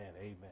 amen